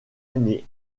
année